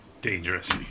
Dangerous